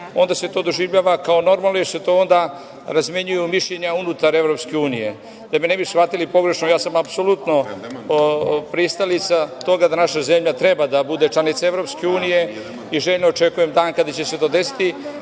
onda se to doživljava kao normalno, jer se to onda razmenjuju mišljenja unutar EU. Da me ne bi shvatili pogrešno, ja sam apsolutno pristalica toga da naša zemlja treba da bude članica EU i željno očekujem dan kada će se to desiti,